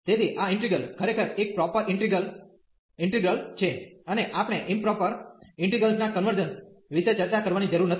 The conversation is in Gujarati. તેથી આ ઈન્ટિગ્રલ ખરેખર એક પ્રોપર ઈન્ટિગ્રલ ઈન્ટિગ્રલ છે અને આપણે ઈમપ્રોપર ઇન્ટિગલ્સના કન્વર્જન્સ વિશે ચર્ચા કરવાની જરૂર નથી